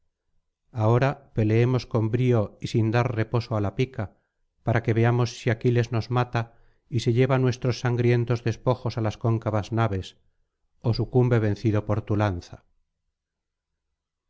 ahora peleemos con brío y sin dar reposo á la pica para que veamos si aquiles nos mata y se lleva nuestros sangrientos despojos á las cóncavas naves ó sucumbe vencido por tu lanza